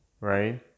Right